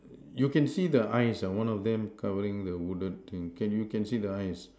you can see the eyes ah one of them covering the wooden thing can you can see the eyes